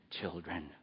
children